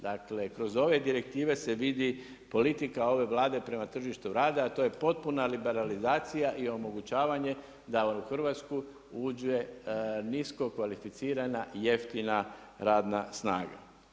Dakle, kroz ove direktive se vidi politika ove Vlade prema tržištu rada a to je potpuna liberalizacija i omogućavanje da u Hrvatsku uđe niskokvalificirana jeftina radna snaga.